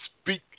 speak